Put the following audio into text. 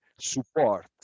support